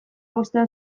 bostean